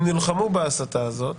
הם נלחמו בהסתה הזאת